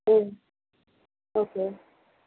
ம் ஓகே